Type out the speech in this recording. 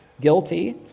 guilty